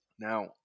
Now